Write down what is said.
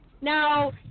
Now